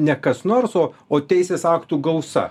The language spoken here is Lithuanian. ne kas nors o o teisės aktų gausa